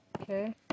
Okay